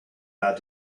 how